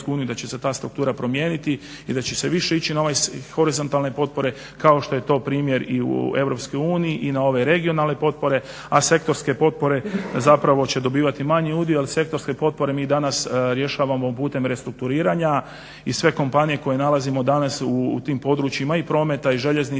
da će se ta struktura promijeniti i da će se više ići na ove horizontalne potpore kao što je to primjer i u Europskoj uniji i na ove regionalne potpore, a sektorske potpore zapravo će dobivati manji udio. Ali sektorske potpore mi danas rješavamo putem restrukturiranja i sve kompanije koje nalazimo danas u tim područjima i prometa i željeznica,